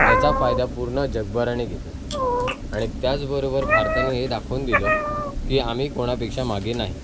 त्याचा फायदा पूर्ण जगभराने घेतला आणि त्याचबरोबर भारताने हे दाखवून दिलं की आम्ही कोणापेक्षा मागे नाही